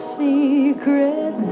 secret